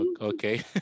okay